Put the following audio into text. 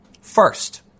First